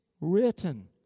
written